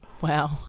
Wow